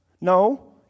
No